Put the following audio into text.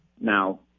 Now